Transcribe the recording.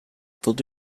they’ll